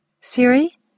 Siri